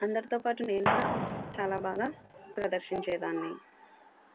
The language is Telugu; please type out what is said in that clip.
అందరితో పాటు నేను కూడా చాలా బాగా ప్రదర్శించేదాన్ని